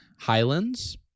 Highlands